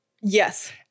Yes